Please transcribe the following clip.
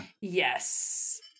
Yes